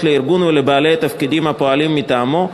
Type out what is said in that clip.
לארגון או לבעלי תפקידים הפועלים מטעמו,